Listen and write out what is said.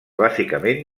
bàsicament